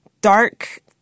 dark